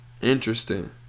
Interesting